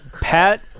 Pat